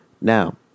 now